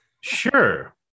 Sure